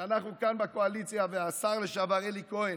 כשאנחנו כאן בקואליציה והשר לשעבר אלי כהן